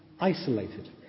isolated